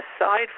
Aside